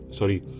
sorry